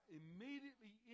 immediately